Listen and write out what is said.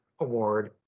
award